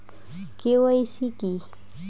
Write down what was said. KYC কী?